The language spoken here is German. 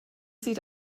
sieht